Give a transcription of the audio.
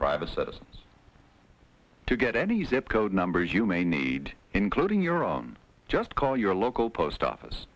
private citizens to get any zip code numbers you may need including your own just call your local post office